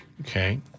Okay